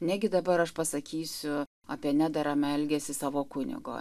negi dabar aš pasakysiu apie nederamą elgesį savo kunigo